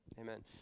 Amen